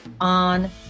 on